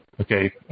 okay